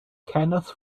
kenneth